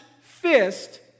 fist